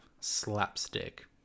Slapstick